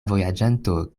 vojaĝanto